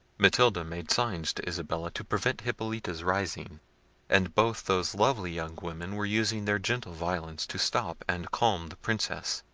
matilda made signs to isabella to prevent hippolita's rising and both those lovely young women were using their gentle violence to stop and calm the princess,